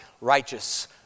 righteous